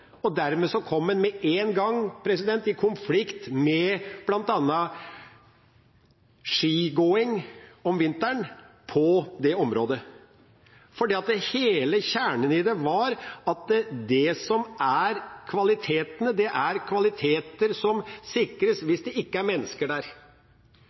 Dermed kom en med en gang i konflikt med bl.a. skigåing om vinteren i det området. Hele kjernen i det var at det som er kvalitetene, er kvaliteter som sikres